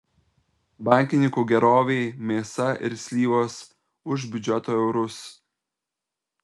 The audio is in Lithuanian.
bankininkų gerovei mėsa ir slyvos už biudžeto eurus